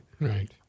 Right